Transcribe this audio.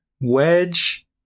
Wedge